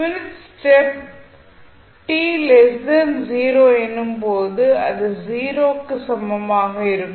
unit step t 0 எனும் போது அது 0 க்கு சமமாக இருக்கும்